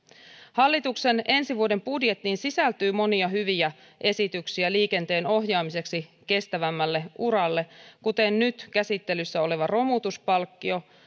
hallituksen ensi vuoden budjettiin sisältyy monia hyviä esityksiä liikenteen ohjaamiseksi kestävämmälle uralle kuten nyt käsittelyssä oleva romutuspalkkio